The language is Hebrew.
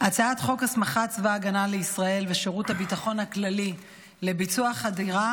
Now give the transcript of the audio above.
הצעת חוק הסמכת צבא הגנה לישראל ושירות הביטחון הכללי לביצוע חדירה